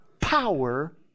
power